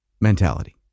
mentality